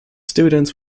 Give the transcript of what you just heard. students